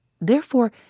Therefore